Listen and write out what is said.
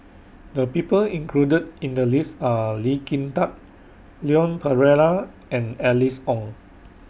The People included in The list Are Lee Kin Tat Leon Perera and Alice Ong